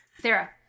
Sarah